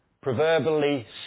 proverbially